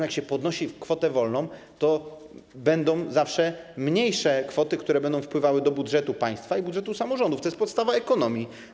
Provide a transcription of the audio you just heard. Jak się podnosi kwotę wolną, to będą zawsze mniejsze kwoty, które będą wpływały do budżetu państwa i budżetu samorządów, to jest podstawa ekonomii.